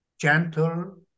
gentle